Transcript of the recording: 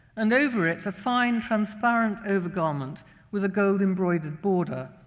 and over it, a fine, transparent overgarment with a gold-embroidered border.